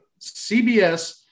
CBS